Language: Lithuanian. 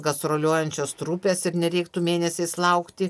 gastroliuojančios trupės ir nereiktų mėnesiais laukti